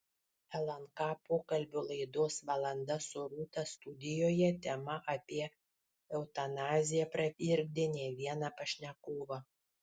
lnk pokalbių laidos valanda su rūta studijoje tema apie eutanaziją pravirkdė ne vieną pašnekovą